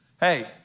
Hey